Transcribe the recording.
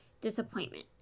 disappointment